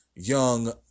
young